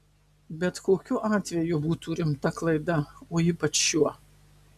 bet kokiu atveju būtų rimta klaida o ypač šiuo